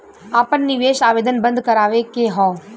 आपन निवेश आवेदन बन्द करावे के हौ?